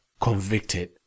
convicted